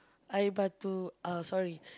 air-batu uh sorry